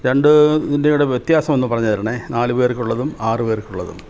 രണ്ട് ഇതിൻ്റെ കൂടെ വ്യത്യാസം ഒന്നു പറഞ്ഞു തരണേ നാല് പേർക്ക് ഉള്ളതും ആറ് പേർക്ക് ഉള്ളതും